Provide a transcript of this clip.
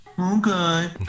Okay